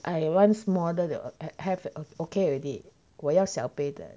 I want small 的 they have okay already 我要小杯的